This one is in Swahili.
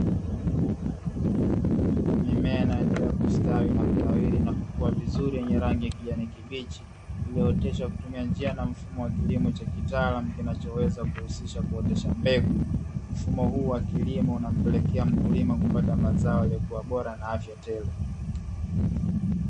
Mimea inaendelea kustawi na kunawiri na kukua vizuri yenye rangi ya kijani kibichi, iliyooteshwa kwa kutumia njia na mfumo wa kilimo cha kitaalamu, kinachoweza kuhusisha kuotesha mbegu. Mfumo huu unampelekea mkulima kupata mazao yaliyokuwa bora na afya tele.